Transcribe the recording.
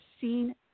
seen